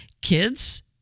Kids